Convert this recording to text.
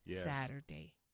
Saturday